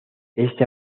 este